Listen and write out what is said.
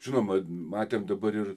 žinoma matėm dabar ir